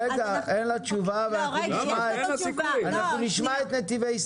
רגע, אין לה תשובה ואנחנו נשמע את נתיבי ישראל.